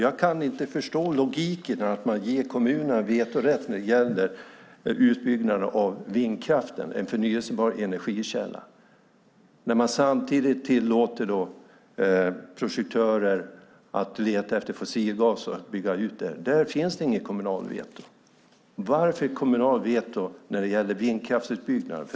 Jag kan inte förstå logiken i att man ger kommunerna vetorätt när det gäller utbyggnaden av vindkraften, en förnybar energikälla, när man samtidigt tillåter projektörer att leta efter fossilgas och bygga ut den. Där finns det inget kommunalt veto. Varför kommunalt veto när det gäller vindkraftsutbyggnad?